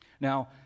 Now